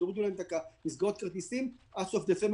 תורידו להם את מסגרות הכרטיסים עד סוף דצמבר.